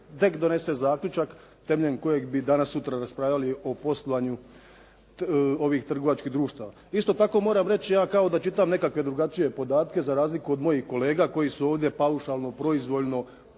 tek donese zaključak temeljem kojeg bi danas sutra raspravljali o poslovanju ovih trgovačkih društava. Isto tako moram reći, ja kao da čitam nekakve drugačije podatke za razliku od mojih kolega koji su ovdje paušalno proizvoljno,